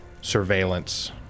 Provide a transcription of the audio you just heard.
surveillance